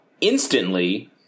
Instantly